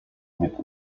mit